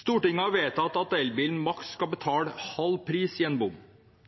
Stortinget har vedtatt at elbilen maks skal betale halv pris i en bom.